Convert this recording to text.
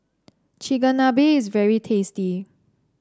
Chigenabe is very tasty